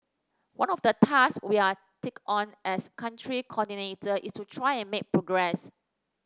one of the tasks we are take on as Country Coordinator is to try and make progress